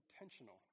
intentional